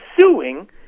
suing